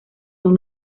son